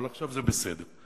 אבל עכשיו זה בסדר.